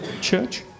Church